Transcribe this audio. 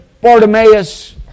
Bartimaeus